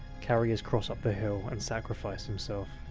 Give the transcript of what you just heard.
carry his cross up the hill, and sacrifice himself,